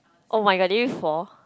[oh]-my-god did you fall